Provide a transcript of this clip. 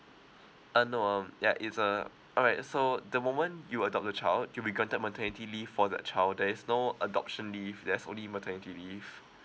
uh no um ya it's uh all right so the moment you adopt the child you'll be granted maternity leave for that child there is no adoption leave there's only maternity leave